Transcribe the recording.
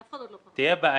אף אחד עוד לא --- תהיה בעיה,